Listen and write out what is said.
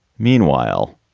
meanwhile,